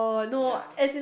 ya